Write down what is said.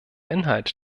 inhalt